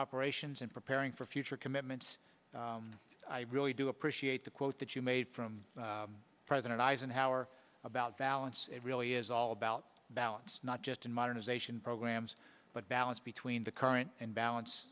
operations and preparing for future commitments i really do appreciate the quote that you made from president eisenhower about balance it really is all about balance not just in modernization programs but balance between the current balance